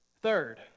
third